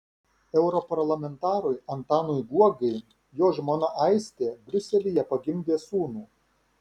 europarlamentarui antanui guogai jo žmona aistė briuselyje pagimdė sūnų